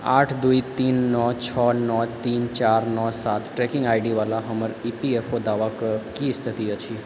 आठ दुइ तीन नओ छओ नओ तीन चारि नओ सात ट्रैकिङ्ग आइडीवला हमर ई पी एफ ओ दावाके की स्थिति अछि